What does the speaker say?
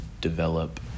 develop